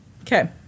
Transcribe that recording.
Okay